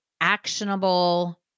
actionable